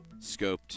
scoped